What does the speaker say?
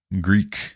Greek